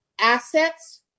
assets